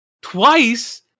twice